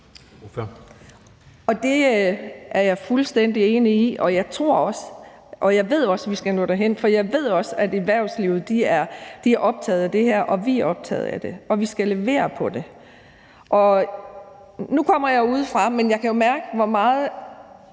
Det er jeg fuldstændig enig i, og jeg tror også og ved også, at vi skal nå derhen. For jeg ved også, at erhvervslivet er optaget af det her, og at vi er optaget af det. Vi skal levere på det. Nu kommer jeg udefra, men jeg kan jo mærke, hvor meget